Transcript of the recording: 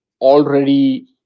already